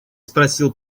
спросил